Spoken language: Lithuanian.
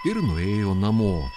ir nuėjo namo